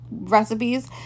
recipes